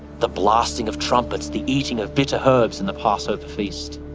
the blasting of trumpets, the eating of bitter herbs in the passover feast.